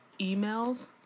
emails